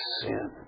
sin